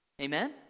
Amen